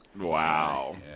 Wow